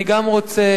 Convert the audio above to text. אני גם רוצה,